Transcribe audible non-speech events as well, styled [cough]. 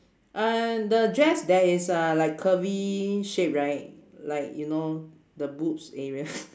err the dress there is a like curvy shape right like you know the boobs area [laughs]